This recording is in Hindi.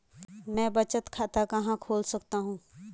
मैं बचत खाता कहां खोल सकता हूँ?